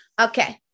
okay